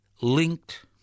linked